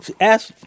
ask